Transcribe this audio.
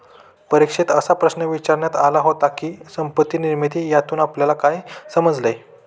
परीक्षेत असा प्रश्न विचारण्यात आला होता की, संपत्ती निर्मिती यातून आपल्याला काय समजले?